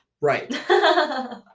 Right